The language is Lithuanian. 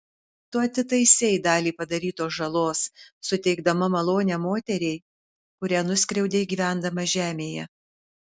tu atitaisei dalį padarytos žalos suteikdama malonę moteriai kurią nuskriaudei gyvendama žemėje